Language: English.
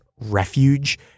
refuge